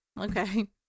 Okay